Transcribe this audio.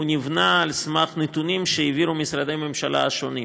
נבנה על סמך נתונים שהעבירו משרדי הממשלה השונים.